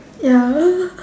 ya